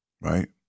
right